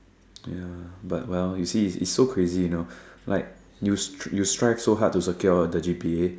ya but well you see it's it's so crazy you know like you strive so hard to secure the G_P_A